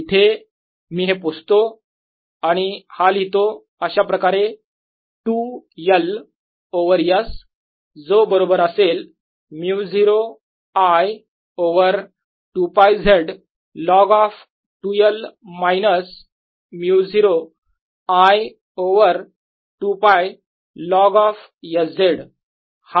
इथे मी हे पुसतो आणि हा लिहितो अशाप्रकारे 2L ओवर S जो बरोबर असेल μ0 I over 2 π Z log of 2 l minus μ0 I over 2 π log of S Z